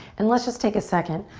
and let's just take a second,